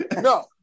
no